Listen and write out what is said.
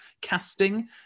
casting